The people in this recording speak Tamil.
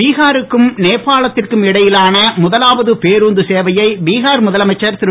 பீஹாருக்கும் நேபாளத்திற்கும் இடையிலான முதலாவது பேருந்து சேவையை பீஹார் முதலமைச்சர் திரு